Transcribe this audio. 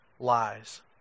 lies